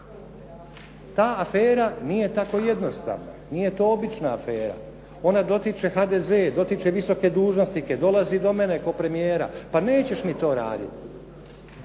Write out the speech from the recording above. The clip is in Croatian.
Ta afera nije tako jednostavna, nije to obična afera, ona dotiče HDZ, dotiče visoke dužnosnike, dolazi do mene kao premijera, pa nećeš mi to raditi.